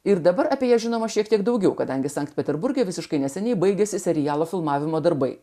ir dabar apie ją žinoma šiek tiek daugiau kadangi sankt peterburge visiškai neseniai baigėsi serialo filmavimo darbai